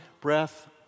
breath